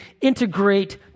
integrate